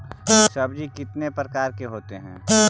सब्जी कितने प्रकार के होते है?